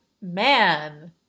Man